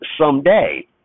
someday